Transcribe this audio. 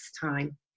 time